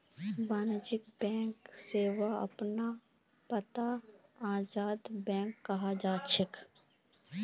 वाणिज्यिक बैंक सेवा अपने आपत आजाद बैंक कहलाछेक